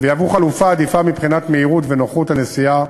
ויהוו חלופה עדיפה, מבחינת מהירות ונוחות הנסיעה,